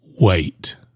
wait